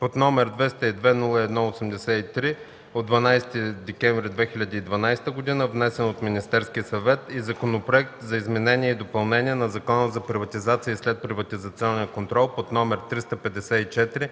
контрол, № 202-01-83 от 12 декември 2012 г., внесен от Министерския съвет, и Законопроект за изменение и допълнение на Закона за приватизация и следприватизационен контрол, №